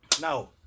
Now